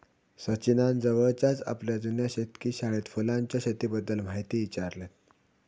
सचिनान जवळच्याच आपल्या जुन्या शेतकी शाळेत फुलांच्या शेतीबद्दल म्हायती ईचारल्यान